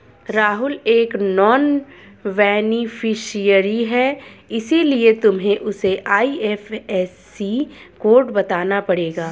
राहुल एक non beneficiary है इसीलिए तुम्हें उसे आई.एफ.एस.सी कोड बताना पड़ेगा